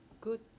good